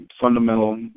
fundamental